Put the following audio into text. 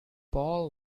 paul